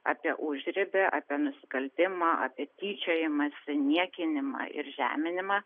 apie užribį apie nusikaltimą apie tyčiojimąsi niekinimą ir žeminimą